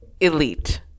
Elite